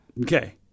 Okay